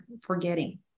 forgetting